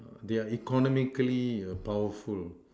they are economically err powerful